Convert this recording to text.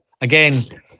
Again